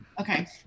Okay